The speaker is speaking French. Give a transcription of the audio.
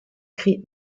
cris